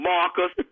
Marcus